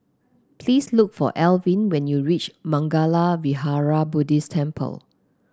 please look for Elvin when you reach Mangala Vihara Buddhist Temple